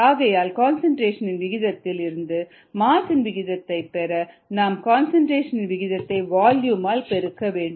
ஆகையால் கன்சன்ட்ரேஷன் இன் விகிதத்தில் இருந்து மாஸ் இன் விகிதத்தை பெற நாம் கன்சன்ட்ரேஷன் இன் விகிதத்தை வால்யூம் ஆல் பெருக்க வேண்டும்